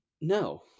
no